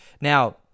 now